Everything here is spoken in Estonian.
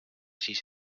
siis